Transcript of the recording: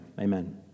Amen